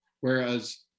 whereas